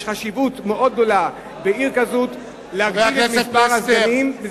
יש חשיבות מאוד גדולה בעיר כזאת להגדיל את מספר הסגנים.